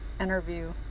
interview